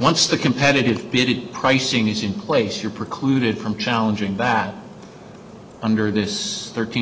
once the competitive bid pricing is in place you're precluded from challenging back under this thirteen